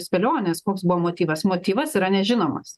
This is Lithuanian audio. spėlionės koks buvo motyvas motyvas yra nežinomas